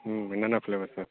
ம் என்னென்ன flavour sir